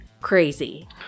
crazy